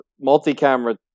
multi-camera